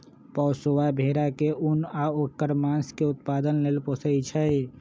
पोशौआ भेड़ा के उन आ ऐकर मास के उत्पादन लेल पोशइ छइ